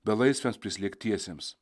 belaisviams prislėgtiesiems